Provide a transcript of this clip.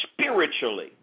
spiritually